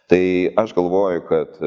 tai aš galvoju kad